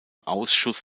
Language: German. ausschuss